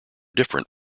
different